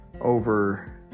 over